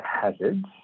hazards